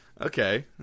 Okay